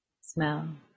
smell